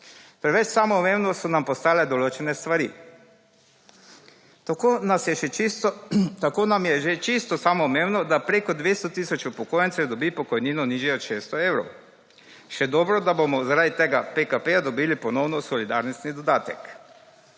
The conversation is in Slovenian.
Preveč samoumevno so nam postale določene stvar. Tako nam je že čisto samoumevno, da preko 200 tisoč upokojencev dobi pokojnino nižjo od 600 evrov, še dobro, da bomo, zaradi tega PKP dobili ponovno solidarnostni dodatek.